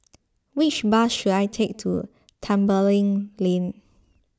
which bus should I take to Tembeling Lane